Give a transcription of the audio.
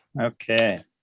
Okay